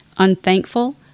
unthankful